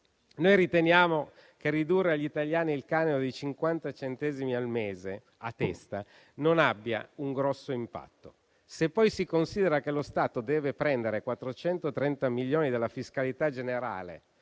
Noi riteniamo che ridurre agli italiani il canone di 50 centesimi al mese a testa non abbia un grosso impatto. Se poi si considera che lo Stato deve prendere 430 milioni dalla fiscalità generale